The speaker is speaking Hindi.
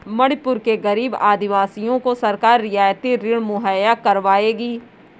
मणिपुर के गरीब आदिवासियों को सरकार रियायती ऋण मुहैया करवाएगी